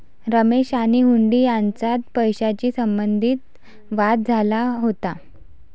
रमेश आणि हुंडी यांच्यात पैशाशी संबंधित वाद झाला होता